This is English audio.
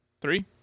Three